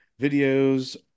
Videos